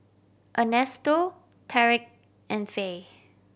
Ernesto Tarik and Faye